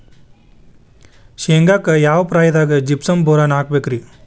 ಶೇಂಗಾಕ್ಕ ಯಾವ ಪ್ರಾಯದಾಗ ಜಿಪ್ಸಂ ಬೋರಾನ್ ಹಾಕಬೇಕ ರಿ?